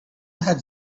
had